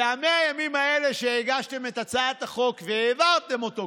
ו-100 הימים האלה שהגשתם את הצעת החוק והעברתם אותו,